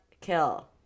Kill